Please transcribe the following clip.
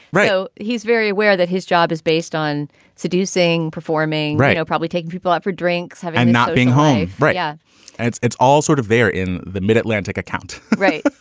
right. so he's very aware that his job is based on seducing performing. right. probably taking people out for drinks and not being high. right yeah and it's it's all sort of there in the mid atlantic account. right.